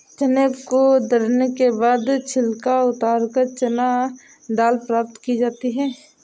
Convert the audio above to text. चने को दरने के बाद छिलका उतारकर चना दाल प्राप्त की जाती है